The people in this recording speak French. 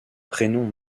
prénoms